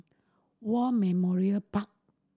War Memorial Park